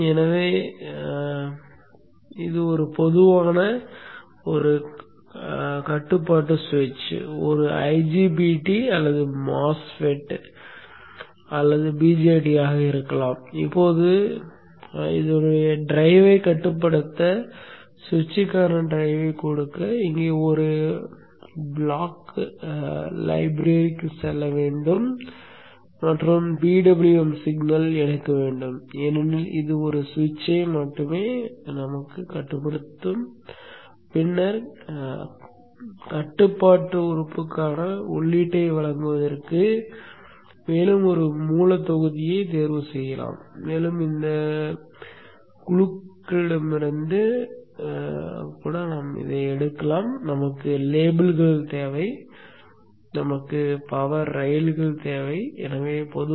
எனவே இது ஒரு பொதுவான கட்டுப்பாட்டு சுவிட்ச் ஒரு IGBT அல்லது MOSFET உருவகப்படுத்துதலை நீங்கள் செய்ய முடியாது